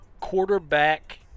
quarterback